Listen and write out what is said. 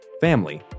family